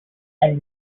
and